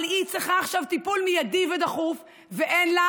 אבל היא צריכה עכשיו טיפול מיידי ודחוף ואין לה